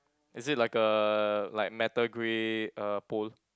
is it like a like metal grey uh pole